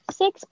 six